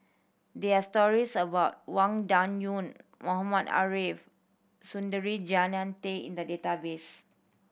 there are stories about Wang Dayuan Mohamed Ariff Suradi Jannie Tay in the database